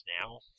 now